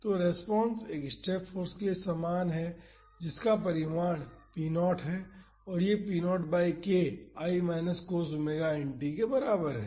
तो रेस्पॉन्स एक step force के लिए समान है जिसका परिमाण p 0 है और यह p 0 by k 1 minus cos omega n t के बराबर है